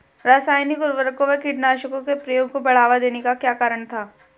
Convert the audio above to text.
रासायनिक उर्वरकों व कीटनाशकों के प्रयोग को बढ़ावा देने का क्या कारण था?